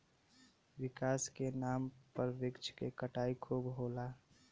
विकास के नाम पे वृक्ष के कटाई खूब होला